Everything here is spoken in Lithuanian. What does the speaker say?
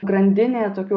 grandinė tokių